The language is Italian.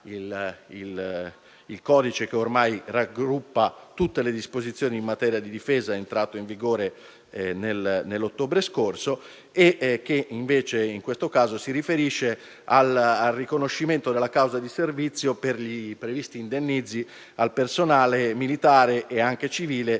militare, che ormai raggruppa tutte le disposizioni in materia di difesa e che è entrato in vigore l'ottobre scorso. In questo caso ci si riferisce al riconoscimento della causa di servizio per i previsti indennizzi al personale militare, e anche civile,